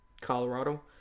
Colorado